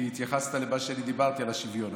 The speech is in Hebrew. כי התייחסת למה שדיברתי על השוויון,